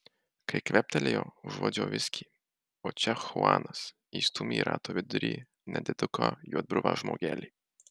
kai kvėptelėjo užuodžiau viskį o čia chuanas įstūmė į rato vidurį nediduką juodbruvą žmogelį